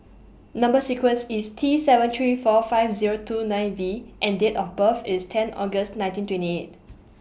Number sequence IS T seven three four five Zero two nine V and Date of birth IS ten August nineteen twenty eight